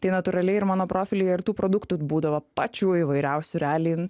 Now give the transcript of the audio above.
tai natūraliai ir mano profilyje ir tų produktų būdavo pačių įvairiausių realiai